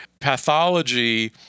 pathology